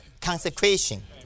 consecration